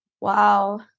Wow